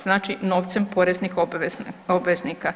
Znači novcem poreznih obveznika.